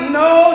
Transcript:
no